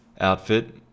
outfit